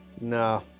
No